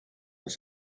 kas